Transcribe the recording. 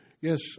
yes